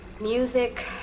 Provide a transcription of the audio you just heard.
Music